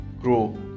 grow